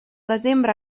desembre